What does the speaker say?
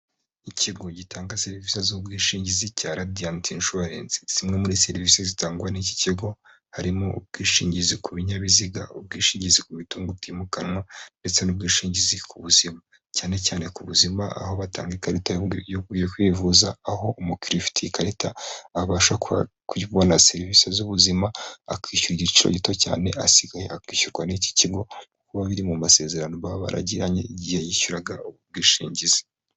Ikigo gitanga serivisi z'ubwishingizi cya Radiant Insurance, zimwe muri serivisi zitangwa n'iki kigo harimo ubwishingizi ku binyabiziga, ubwishingizi ku mitungo utimukanwa ndetse n'ubwishingizi ku buzima. Cyane cyane ku buzima aho batanga ikarita yo kwivuza aho umukiriya ufite ikarita abasha kubona serivisi z'ubuzima akishyura igiciro gito cyane, asigaye akishyurwa n'iki kigo kuba biri mu masezerano baragiranye igihe yishyuraga ubwishingizi.